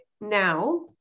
now